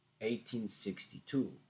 1862